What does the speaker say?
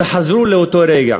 תחזרו לאותו רגע,